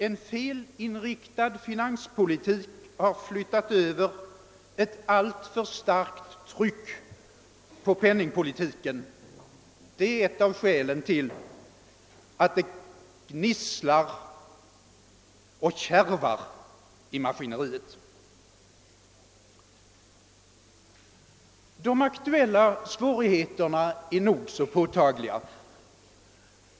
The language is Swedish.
En felinriktad finanspolitik har flyttat över ett alltför starkt tryck på penningpolitiken. Det är ett av skälen till att det gnisslar och kärvar i maskineriet. De aktuella svårigheterna är nog så påtagliga.